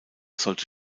sollte